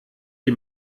die